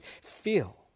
feel